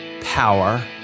power